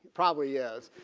probably is